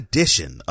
Edition